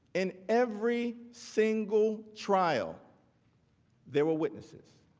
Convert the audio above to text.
in every single trial there were witnesses.